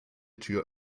tür